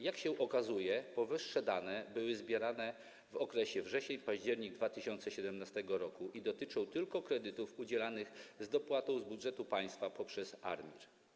Jak się okazuje, powyższe dane były zbierane w okresie wrzesień-październik 2017 r. i dotyczą tylko kredytów udzielanych z dopłatą z urzędu państwa poprzez ARiMR.